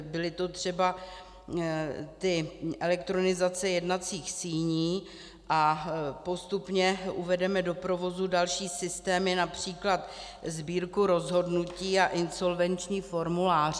Byla to třeba elektronizace jednacích síní a postupně uvedeme do provozu další systémy, například sbírku rozhodnutí a insolvenční formuláře.